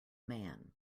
man